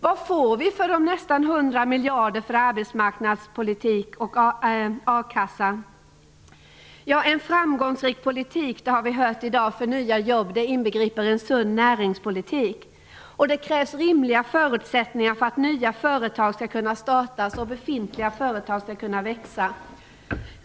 Vad får vi för de nästan 100 miljarder vi lägger på arbetsmarknadspolitik och a-kassa? En framgångsrik politik för nya jobb inbegriper en sund näringspolitik, har vi hört i dag. Det krävs rimliga förutsättningar för att nya företag skall kunna startas och för att befintliga företag skall kunna växa.